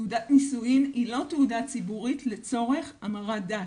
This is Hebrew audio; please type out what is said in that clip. תעודת נישואים היא לא תעודה ציבורית לצורך המרת דת.